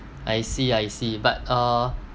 I see I see but uh